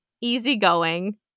easygoing